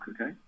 okay